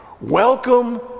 welcome